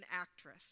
actress